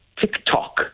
TikTok